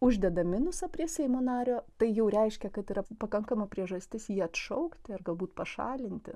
uždeda minusą prie seimo nario tai jau reiškia kad yra pakankama priežastis jį atšaukti ir galbūt pašalinti